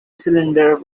cylinder